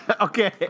Okay